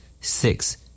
six